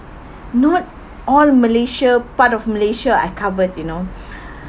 not all malaysia part of malaysia I covered you know